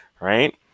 right